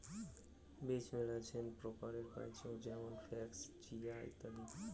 বীজ মেলাছেন প্রকারের পাইচুঙ যেমন ফ্লাক্স, চিয়া, ইত্যাদি